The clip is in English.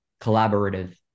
collaborative